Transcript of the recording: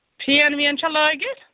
fan وین چھا لٲگِتھ